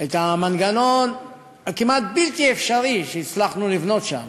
את המנגנון הכמעט-בלתי-אפשרי שהצלחנו לבנות שם,